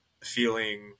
feeling